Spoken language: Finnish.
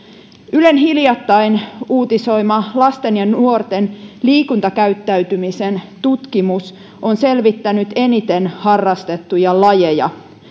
ylen hiljattain uutisoima lasten ja nuorten liikuntakäyttäytymisen tutkimus on selvittänyt eniten harrastettuja lajeja